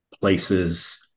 places